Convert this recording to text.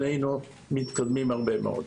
היינו מתקדמים הרבה מאוד.